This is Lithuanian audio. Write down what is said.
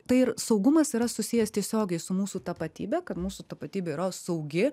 tai ir saugumas yra susijęs tiesiogiai su mūsų tapatybe kad mūsų tapatybė yra saugi